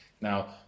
Now